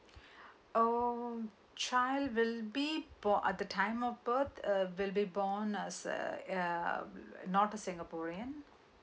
oh child will be born at the time of birth uh will be born as a not a singaporean